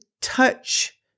touch